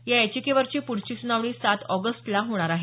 या याचिकेवरची पुढची सुनावणी सात ऑगस्टला होणार आहे